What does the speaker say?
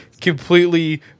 completely